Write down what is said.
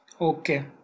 Okay